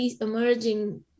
emerging